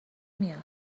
میاد